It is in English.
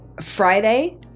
Friday